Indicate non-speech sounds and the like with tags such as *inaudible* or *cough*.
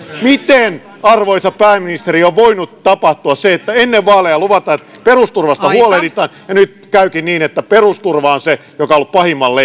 miten arvoisa pääministeri on voinut tapahtua se että ennen vaaleja luvataan että perusturvasta huolehditaan ja nyt käykin niin että perusturva on se joka on ollut pahimman *unintelligible*